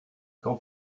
quand